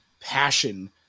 passion